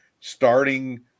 starting –